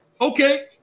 Okay